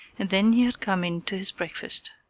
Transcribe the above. and then he had come in to his breakfast.